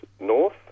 north